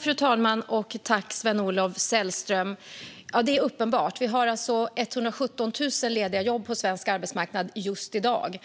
Fru talman! Vi har 117 000 lediga jobb på svensk arbetsmarknad just i dag.